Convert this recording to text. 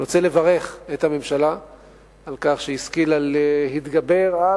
אני רוצה לברך את הממשלה על כך שהשכילה להתגבר על